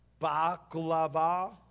baklava